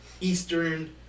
eastern